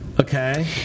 Okay